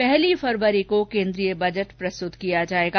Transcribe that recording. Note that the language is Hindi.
पहली फरवरी को केन्द्रीय बजट प्रस्तुत किया जाएगा